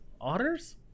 Otters